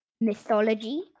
Mythology